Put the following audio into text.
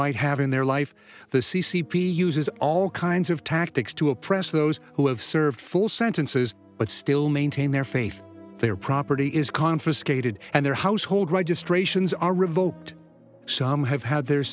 might have in their life the c c p uses all kinds of tactics to oppress those who have served full sentences but still maintain their faith their property is confiscated and their household registrations are revoked some have had their